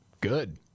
Good